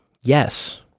yes